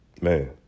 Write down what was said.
Man